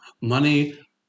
money